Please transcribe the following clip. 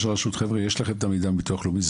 הרשות חבר'ה יש לכם את המידע מביטוח לאומי,